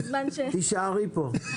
תישארי כאן.